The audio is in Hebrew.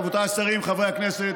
רבותיי השרים, חברי הכנסת,